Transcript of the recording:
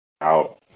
out